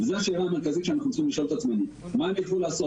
זאת השאלה המרכזית שאנחנו צריכים לשאול את עצמנו: מה הם יוכלו לעשות,